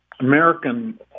American